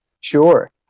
Sure